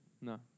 No